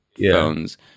phones